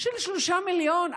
של 3 מיליון,